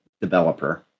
developer